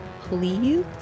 Please